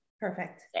perfect